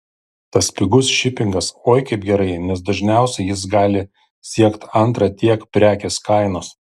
tas pigus šipingas oi kaip gerai nes dažniausiai jis gali siekt antrą tiek prekės kainos